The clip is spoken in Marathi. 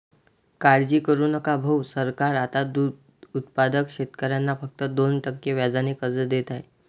काळजी करू नका भाऊ, सरकार आता दूध उत्पादक शेतकऱ्यांना फक्त दोन टक्के व्याजाने कर्ज देत आहे